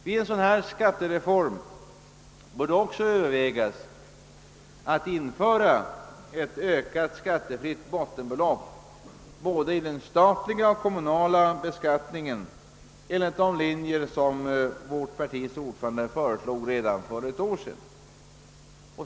Vid en sådan skattereform bör övervägas införande av ett ökat skattefritt bottenbelopp i såväl den statliga som den kommunala beskattningen enligt de linjer, som vårt partis ordförande drog upp redan för ett år sedan.